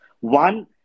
One